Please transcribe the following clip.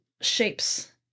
shapes